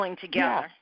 together